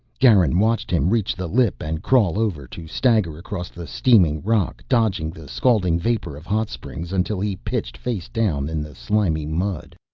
garin watched him reach the lip and crawl over, to stagger across the steaming rock, dodging the scalding vapor of hot springs, until he pitched face down in the slimy mud.